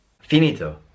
Finito